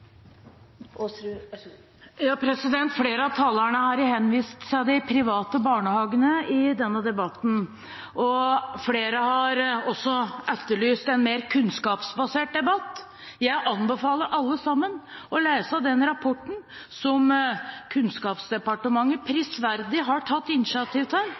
flere har også etterlyst en mer kunnskapsbasert debatt. Jeg anbefaler alle sammen å lese den rapporten som Kunnskapsdepartementet prisverdig har tatt initiativ til.